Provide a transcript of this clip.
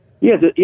Yes